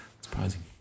surprising